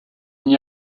n’y